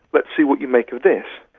but see what you make of this.